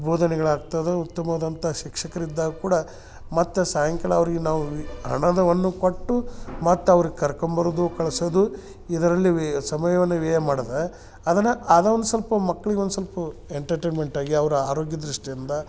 ಬೋಧನೆಗಳು ಆಗ್ತದ ಉತ್ತಮವಾದಂಥ ಶಿಕ್ಷಕರು ಇದ್ದಾಗ ಕೂಡ ಮತ್ತು ಸಾಯಂಕಾಲ ಅವರಿಗೆ ನಾವು ಹಣದವನ್ನು ಕೊಟ್ಟು ಮತ್ತು ಅವ್ರಿಗೆ ಕರ್ಕೊಂಬರೋದು ಕಳ್ಸದು ಇದರಲ್ಲಿ ವೇ ಸಮಯವನ್ನ ವ್ಯಯ ಮಾಡದ ಅದನ್ನ ಅದಾ ಒಂದು ಸ್ವಲ್ಪ ಮಕ್ಕಳಿಗೆ ಒಂದು ಸ್ವಲ್ಪ ಎಂಟರ್ಟೈಮೆಂಟ್ ಆಗಿ ಅವ್ರ ಆರೋಗ್ಯ ದೃಷ್ಟಿಯಿಂದ